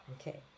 Okay